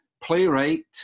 playwright